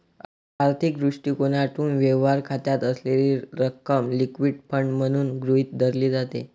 आर्थिक दृष्टिकोनातून, व्यवहार खात्यात असलेली रक्कम लिक्विड फंड म्हणून गृहीत धरली जाते